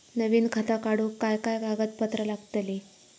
नवीन खाता काढूक काय काय कागदपत्रा लागतली?